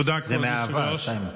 תודה, כבוד היושב-ראש.